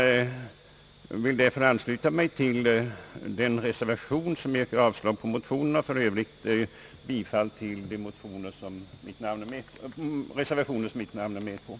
Jag hemställer om bifall till den reservation, i vilken yrkas avslag på den motion jag berört, och i övrigt yrkar jag bifall till de reservationer, som jag varit med om att underteckna.